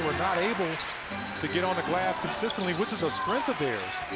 not able to get on the glass consistently, which is a strength of theirs.